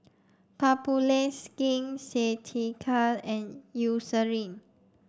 Papulex Skin Ceuticals and Eucerin